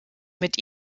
mit